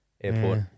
Airport